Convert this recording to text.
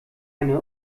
eine